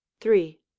Three